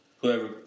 whoever